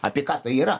apie ką tai yra